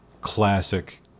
classic